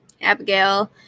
abigail